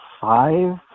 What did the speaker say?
five